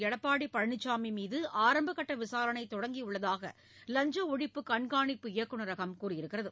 எடப்பாடி பழனிச்சாமி மீது ஆரம்பக் கட்ட விசாரணை தொடங்கியுள்ளதாக லஞ்ச ஒழிப்பு கண்காணிப்பு இயக்குனரகம் கூறியுள்ளது